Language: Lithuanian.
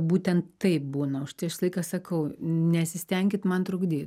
būtent taip būna už tai aš visą laiką sakau nesistenkit man trukdyt